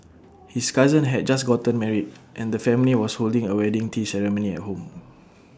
his cousin had just gotten married and the family was holding A wedding tea ceremony at home